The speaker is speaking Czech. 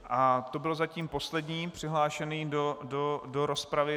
A to byl zatím poslední přihlášený do rozpravy.